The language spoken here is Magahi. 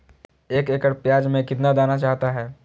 एक एकड़ प्याज में कितना दाना चाहता है?